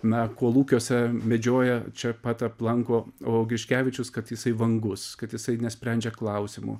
na kolūkiuose medžioja čia pat aplanko o griškevičius kad jisai vangus kad jisai nesprendžia klausimų